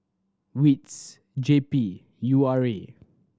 wits J P and U R A